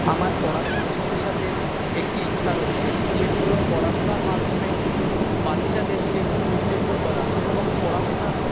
আমার পড়াশুনোর সাথে সাথে একটি ইচ্ছা রয়েছে সেটি হলো পড়াশুনার মাধ্যমে বাচ্চাদেরকে উদ্বুদ্ধ করা এবং পড়াশোনার